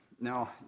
Now